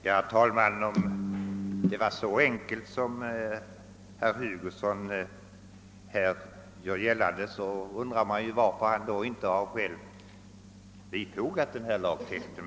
Herr talman! Om det är så enkelt att skriva denna lagtext undrar man ju varför herr Hugosson inte själv fogat ett förslag till lagtext till motionsparet.